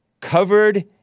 covered